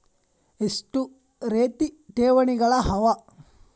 ಎಷ್ಟ ರೇತಿ ಠೇವಣಿಗಳ ಅವ?